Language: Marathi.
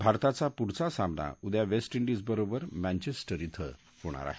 भारताचा पुढचा सामना उद्या वेस्ट डिजबरोबर मँचेस्टर होणार आहे